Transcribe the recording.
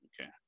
Okay